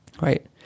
right